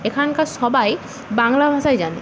এখানকার সবাই বাংলা ভাষাই জানে